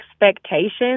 expectations